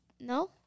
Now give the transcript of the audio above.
No